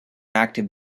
active